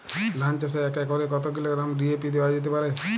ধান চাষে এক একরে কত কিলোগ্রাম ডি.এ.পি দেওয়া যেতে পারে?